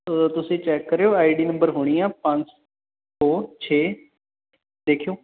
ਤੁਸੀਂ ਚੈੱਕ ਕਰਿਓ I D number ਹੋਣੀ ਆ ਪੰਜ ਫੋਰ ਛੇ ਦੇਖਿਓ